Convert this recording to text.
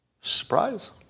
Surprise